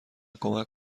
کمک